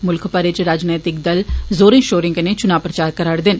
मुल्ख भरै इच राजनैतिक दल जोरें शोरें कन्नै चुनां प्रचार करा'रदे न